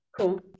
Cool